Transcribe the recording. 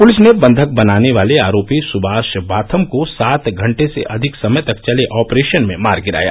police ने बंधक बनाने वाले आरोपी सुमाष बाथम को सात घंटे से अधिक समय तक चले ऑपरेशन में मार गिराया